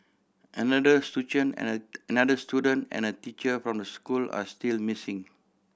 another and another student and a teacher from the school are still missing